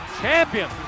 champion